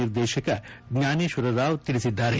ನಿರ್ದೇಶಕ ಜ್ಞಾನೇಶ್ವರ ರಾವ್ ತಿಳಿಸಿದ್ದಾರೆ